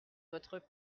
votre